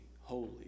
Holy